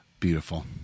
Beautiful